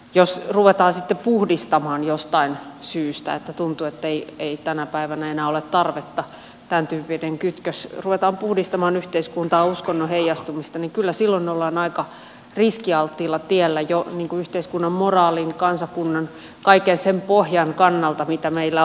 jos ruvetaan sitten puhdistamaan jostain syystä jos tuntuu että ei tänä päivänä enää ole tarvetta tämän tyyppiselle kytkökselle yhteiskuntaa uskonnon heijastumista niin kyllä silloin ollaan aika riskialttiilla tiellä jo yhteiskunnan moraalin kansakunnan kaiken sen pohjan kannalta mitä meillä on